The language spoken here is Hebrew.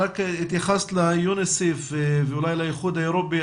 התייחסת ליוניסף ואולי לאיחוד האירופי.